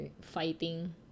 fighting